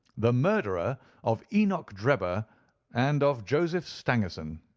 the murderer of enoch drebber and of joseph stangerson.